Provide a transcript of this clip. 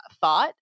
thought